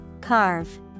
Carve